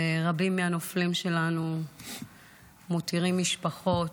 רבים מהנופלים שלנו מותירים משפחות.